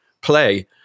play